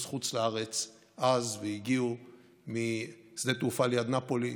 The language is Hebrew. חוץ לארץ אז והגיעו משדה תעופה ליד נפולי.